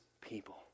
people